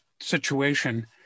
situation